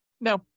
No